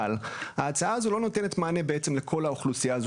אבל ההצעה הזו לא נותנת מענה בעצם לכל האוכלוסייה הזו